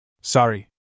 Sorry